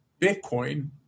Bitcoin